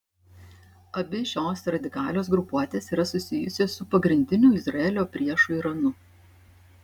abi šios radikalios grupuotės yra susijusios su pagrindiniu izraelio priešu iranu